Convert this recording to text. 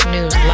News